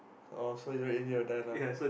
oh so it's very easy to die lah